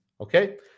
okay